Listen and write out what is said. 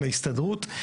עם ההסתדרות,